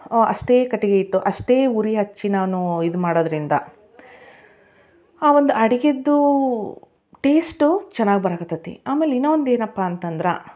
ಅಷ್ಟೇ ಕಟ್ಟಿಗೆ ಇಟ್ಟು ಅಷ್ಟೇ ಉರಿ ಹಚ್ಚಿ ನಾನೂ ಇದು ಮಾಡೋದ್ರಿಂದ ಆ ಒಂದು ಅಡುಗೇದ್ದೂ ಟೇಸ್ಟು ಚೆನ್ನಾಗ್ ಬರೋಕತ್ತದೆ ಆಮೇಲೆ ಇನ್ನೂ ಒಂದು ಏನಪ್ಪ ಅಂತಂದ್ರೆ